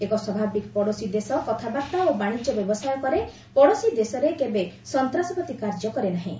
ଏକ ସ୍ୱାଭାବିକ ପଡ଼ୋଶୀ ଦେଶ କଥାବାର୍ତ୍ତା ଓ ବାଶିଜ୍ୟ ବ୍ୟବସାୟ କରେ ପଡ଼ୋଶୀ ଦେଶରେ କେବେ ସନ୍ତାସବାଦୀ କାର୍ଯ୍ୟ କରେ ନାହିଁ